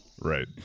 Right